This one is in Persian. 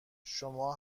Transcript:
شما